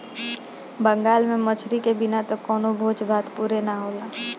बंगाल में मछरी के बिना त कवनो भोज भात पुरे ना होला